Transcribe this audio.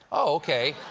okay.